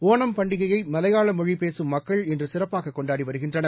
ஒணம் பண்டிகையை மலையாள மொழி பேசும் மக்கள் இன்று சிறப்பாக கொண்டாடி வருகின்றனர்